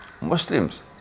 Muslims